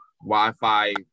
Wi-Fi